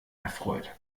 erfreut